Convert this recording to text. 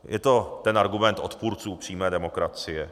Je to ten argument odpůrců přímé demokracie.